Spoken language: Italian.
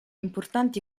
importanti